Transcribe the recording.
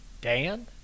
Dan